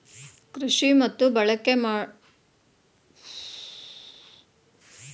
ಕೃಷಿ ಮತ್ತು ಬಳಕೆ ಮಾಡೋ ವಿಷಯ್ದಲ್ಲಿ ಹತ್ತಿ ನಂತ್ರ ಸೆಣಬು ನೈಸರ್ಗಿಕ ನಾರಲ್ಲಿ ಒಂದಾಗಯ್ತೆ